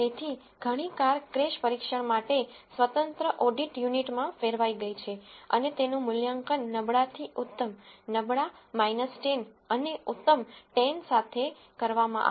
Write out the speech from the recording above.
તેથી ઘણી car crash પરીક્ષણ માટે સ્વતંત્ર ઓડિટ યુનિટમાં ફેરવાઈ ગઈ છે અને તેનું મૂલ્યાંકન નબળા થી ઉત્તમ નબળા 10 અને ઉત્તમ 10 સાથે કરવામાં આવે છે